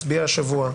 נצביע עליו השבוע.